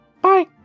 Bye